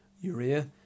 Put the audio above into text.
urea